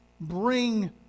bring